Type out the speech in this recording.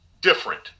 different